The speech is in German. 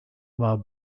war